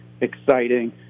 exciting